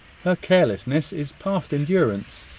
her carelessness is past endurance.